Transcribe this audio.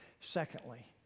Secondly